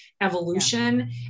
evolution